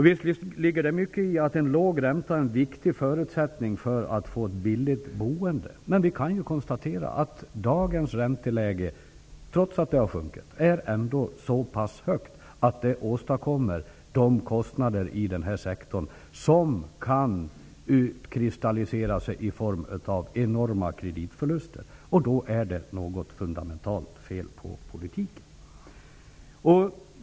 Visst ligger det mycket i att en låg ränta är en viktig förutsättning för ett billigt boende. Men vi kan ju konstatera att dagens ränteläge, trots att det har sjunkit, ändå är så pass högt att det åstadkommer de kostnader i den här sektorn som kan utkristalliseras till enorma kreditförluster. Då är det något fundamentalt fel med politiken.